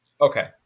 Okay